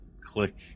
click